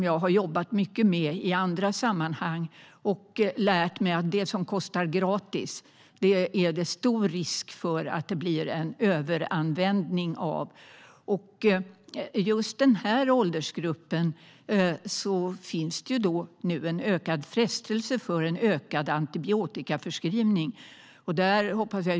Jag har jobbat mycket med det i andra sammanhang och lärt mig att om något kostar gratis är det stor risk för överanvändning. Det kan bli frestande att öka antibiotikaförskrivningen för denna åldersgrupp.